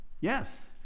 Yes